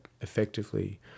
effectively